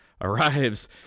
arrives